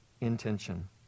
intention